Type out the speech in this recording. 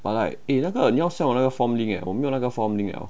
but like eh 那个你要 send 我那个 form link eh 我没有那个 form link eh